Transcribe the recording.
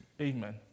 Amen